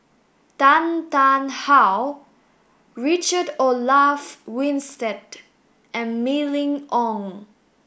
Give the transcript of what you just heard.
Tan Tarn How Richard Olaf Winstedt and Mylene Ong